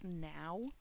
now